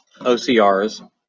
ocrs